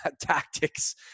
tactics